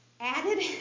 added